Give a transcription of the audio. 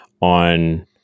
on